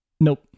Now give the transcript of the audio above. Nope